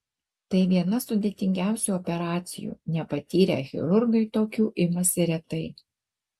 tai viena sudėtingiausių operacijų nepatyrę chirurgai tokių imasi retai